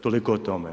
Toliko o tome.